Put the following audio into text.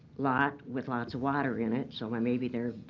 lot with lots of water in it. so i maybe they're